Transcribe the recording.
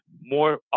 more